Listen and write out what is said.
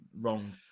wrong